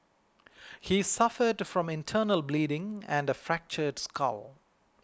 he suffered from internal bleeding and a fractured skull